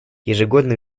ежегодно